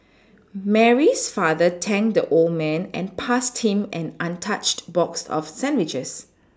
Mary's father thanked the old man and passed him an untouched box of sandwiches